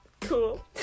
cool